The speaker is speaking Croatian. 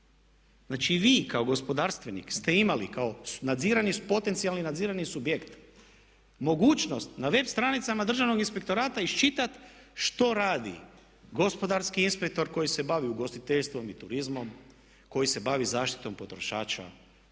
Znači, vi kao gospodarstvenik ste imali kao potencijalni nadzirani subjekt mogućnost na web stranicama Državnog inspektorata iščitati što radi gospodarski inspektor koji se bavi ugostiteljstvom i turizmom, koji se bavi zaštitom potrošača,